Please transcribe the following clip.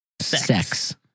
sex